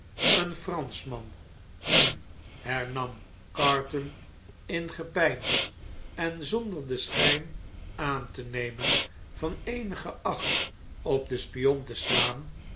een franschman hm hernam carton in gepeins en zonder den schijn aan te nemen van eenige acht op den spion te slaan